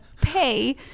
pay